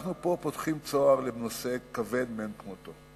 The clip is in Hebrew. אנחנו פה פותחים צוהר לנושא כבד מאין כמותו,